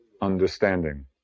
understanding